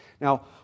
Now